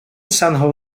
san